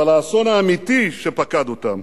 אבל האסון האמיתי שפקד אותם